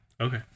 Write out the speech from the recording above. Okay